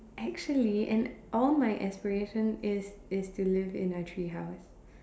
actually and all my aspiration is is to live in a tree house